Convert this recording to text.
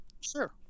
sure